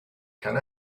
can